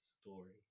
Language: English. story